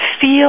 feel